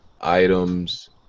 items